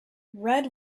read